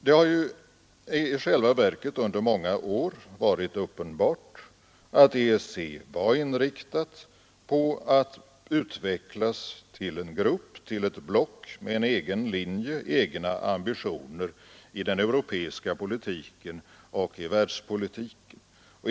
Det har i själva verket under många år varit uppenbart att EEC var inriktat på att utvecklas till en grupp, ett block med en egen linje, egna ambitioner i den europeiska politiken och i världspolitiken.